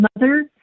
mother